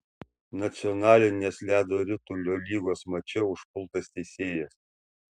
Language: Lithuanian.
nacionalinės ledo ritulio lygos mače užpultas teisėjas